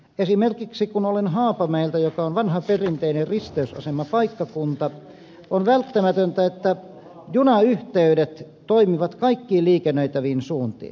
esimerkiksi kun olen haapamäeltä joka on vanha perinteinen risteysasemapaikkakunta on välttämätöntä että junayhteydet toimivat kaikkiin liikennöitäviin suuntiin